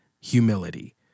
Humility